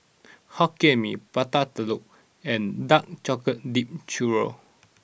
Hokkien Mee Prata Telur and Dark Chocolate Dipped Churro